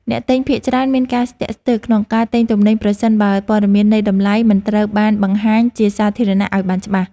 អ្នកទិញភាគច្រើនមានការស្ទាក់ស្ទើរក្នុងការទិញទំនិញប្រសិនបើព័ត៌មាននៃតម្លៃមិនត្រូវបានបង្ហាញជាសាធារណៈឱ្យបានច្បាស់។